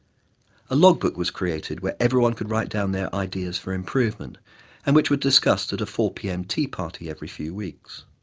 a logbook was created where everyone could write down their ideas for improvements and which were discussed at a four. zero pm tea party every few weeks.